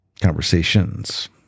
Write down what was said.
Conversations